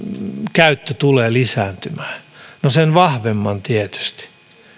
käyttö tulee lisääntymään no sen vahvemman tietysti